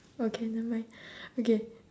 okay nevermind okay